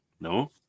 No